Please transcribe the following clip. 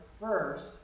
first